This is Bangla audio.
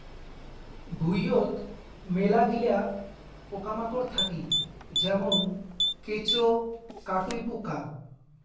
ভুঁইয়ত মেলাগিলা পোকামাকড় থাকি যেমন কেঁচো, কাটুই পোকা